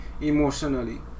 emotionally